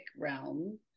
realm